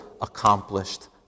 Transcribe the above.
accomplished